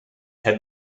had